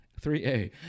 3A